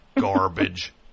garbage